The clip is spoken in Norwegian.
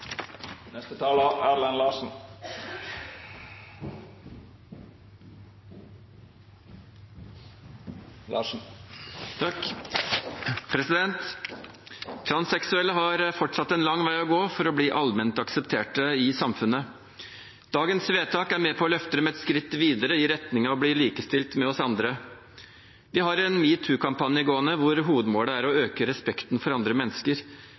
Transseksuelle har fortsatt en lang vei å gå for å bli allment akseptert i samfunnet. Dagens vedtak er med på å løfte dem et skritt videre i retning av å bli likestilt med oss andre. Vi har en metoo-kampanje gående hvor hovedmålet er å øke respekten for andre mennesker.